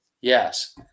Yes